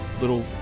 little